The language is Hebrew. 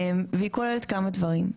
והיא כוללת כמה דברים.